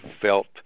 felt